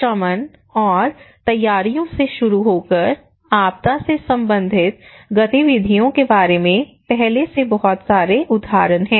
बहाली शमन और तैयारियों से शुरू होकर आपदा से संबंधित गतिविधियों के बारे में पहले से बहुत सारे उधारण हैं